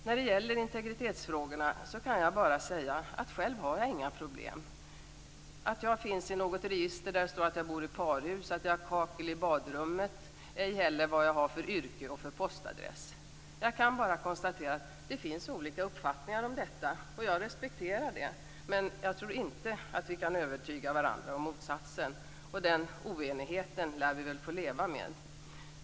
När det gäller integritetsfrågorna kan jag bara säga att jag själv inte har några problem med att jag finns i något register, där det står att jag bor i parhus, att jag har kakel i badrummet, vilket yrke jag har och vilken postadress jag har. Jag kan bara konstatera att det finns olika uppfattningar om detta. Jag respekterar det, men jag tror inte att vi kan övertyga varandra om motsatsen. Den oenigheten lär vi få leva med.